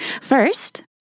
First